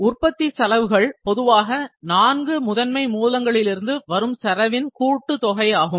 உற்பத்தி செலவுகள் பொதுவாக நான்கு முதன்மை மூலங்களிலிருந்து வரும் செலவின் கூட்டுதொகை ஆகும்